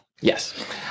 Yes